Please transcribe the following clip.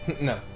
No